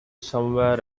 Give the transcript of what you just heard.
somewhere